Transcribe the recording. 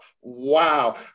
Wow